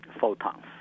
photons